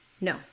No